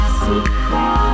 super